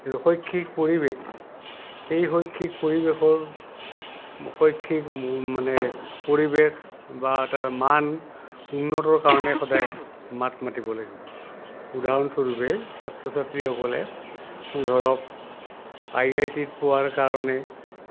যিটো শৈক্ষিক পৰিৱেশ এই শৈক্ষিক পৰিৱেশৰ শৈক্ষিক মানে পৰিৱেশ বা তাৰ মান উন্নতৰ কাৰণে সদায় মাত মাতিব লাগিব উদাহৰণস্বৰূপে ছাত্ৰ ছাত্ৰীসকলে ধৰক আই আই টিত পোৱাৰ কাৰণে